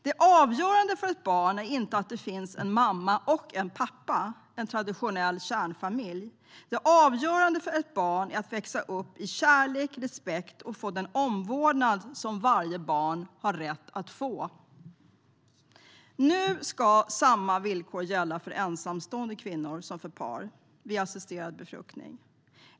Det avgörande för ett barn är inte att det finns en mamma och en pappa, alltså en traditionell kärnfamilj, utan det avgörande för ett barn är att växa upp i kärlek och respekt och att få den omvårdnad varje barn har rätt att få. Nu ska samma villkor gälla för ensamstående kvinnor som för par vid assisterad befruktning.